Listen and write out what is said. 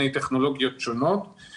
גם